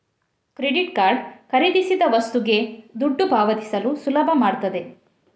credit card ಖರೀದಿಸಿದ ವಸ್ತುಗೆ ದುಡ್ಡು ಪಾವತಿಸಲು ಸುಲಭ ಮಾಡ್ತದೆ